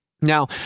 Now